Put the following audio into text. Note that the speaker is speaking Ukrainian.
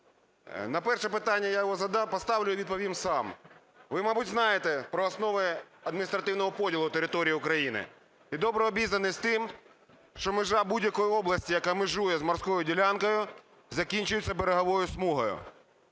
На перше питання, я його поставлю і відповім сам. Ви, мабуть, знаєте про основи адміністративного поділу території України і добре обізнані з тим, що межа будь-якої області, яка межує з морською ділянкою, закінчується береговою смугою.